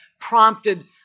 prompted